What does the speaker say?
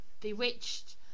Bewitched